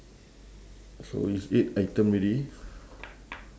so it's eight item already